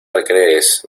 recrees